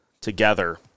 together